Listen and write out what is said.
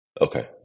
Okay